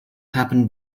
happened